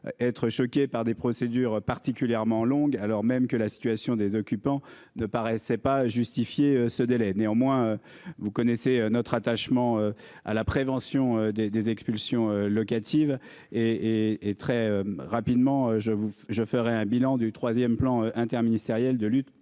Être choqués par des procédures particulièrement longue, alors même que la situation des occupants ne paraissait pas juste. Ratifier ce délai néanmoins vous connaissez notre attachement à la prévention des des expulsions locatives et et très rapidement je vous je ferais un bilan du 3ème plan interministériel de lutte